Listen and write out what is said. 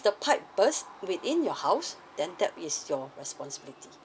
the pipe burst within your house then that is your responsibility